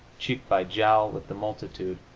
cheek by jowl with the multitude,